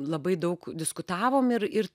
labai daug diskutavom ir ir